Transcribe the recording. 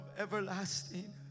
everlasting